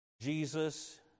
Jesus